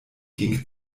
ging